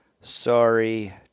Sorry